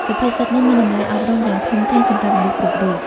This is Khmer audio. សុភាសិតនេះមានតម្លៃអប់រំយ៉ាងធំធេងសម្រាប់មនុស្សគ្រប់រូប។